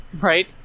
Right